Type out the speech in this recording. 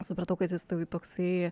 supratau kad jis stovi toksai